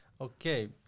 Okay